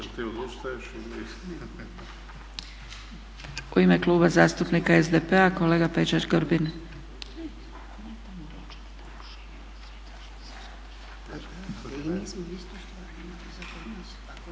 U ime Kluba zastupnika SDP-a kolega Peđa Grbin.